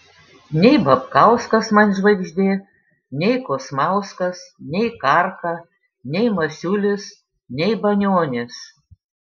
nei babkauskas man žvaigždė nei kosmauskas nei karka nei masiulis nei banionis